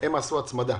הם עשו הצמדה.